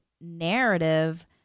narrative